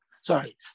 Sorry